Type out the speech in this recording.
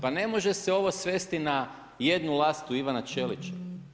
Pa ne može se ovo svesti na jednu lastu Ivana Ćelića.